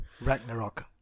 Ragnarok